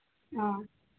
ꯑ